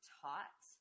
taught